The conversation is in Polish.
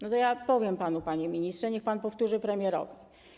No to ja powiem panu, panie ministrze, niech pan powtórzy to premierowi.